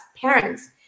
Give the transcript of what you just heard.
parents